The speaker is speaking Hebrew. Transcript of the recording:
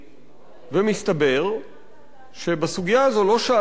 ומסתבר שבסוגיה הזאת לא שאלו,